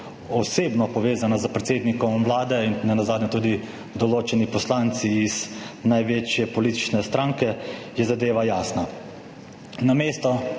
osebno povezano s predsednikom Vlade, in nenazadnje tudi določeni poslanci iz največje politične stranke, je zadeva jasna. Namesto